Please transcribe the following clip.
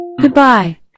Goodbye